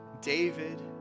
David